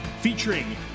featuring